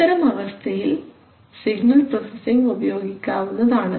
ഇത്തരം അവസ്ഥയിൽ signal processing ഉപയോഗിക്കാവുന്നതാണ്